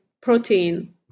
protein